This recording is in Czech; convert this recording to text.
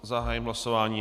Zahájím hlasování.